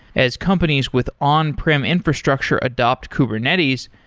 as companies with on-prem infrastructure adopt kubernetes,